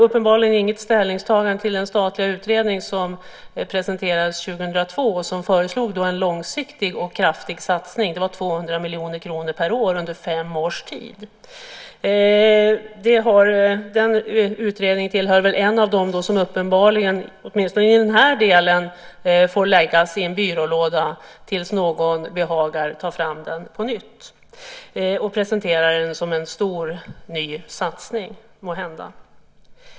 Uppenbarligen gör han inget ställningstagande till den statliga utredning som presenterades 2002 och som föreslog en långsiktig och kraftig satsning. Det var 200 miljoner kronor per år under fem års tid. Den utredningen tillhör uppenbarligen en av dem som åtminstone i den här delen får läggas i en byrålåda tills någon behagar ta fram den på nytt och måhända presentera den som en stor och ny satsning.